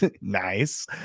Nice